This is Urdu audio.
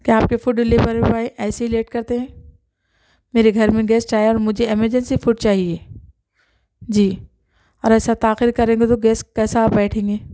کیا آپ کے فوڈ ڈیلیوری بوائے ایسے ہی لیٹ کرتے ہیں میرے گھر میں گیسٹ آئے اور مجھے ایمرجینسی میں فوڈ چاہیے جی اور ایسا تاخیر کریں گے تو گیسٹ کیسا بیٹھیں گے